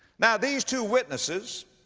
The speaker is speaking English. now, these two witnesses